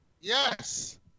yes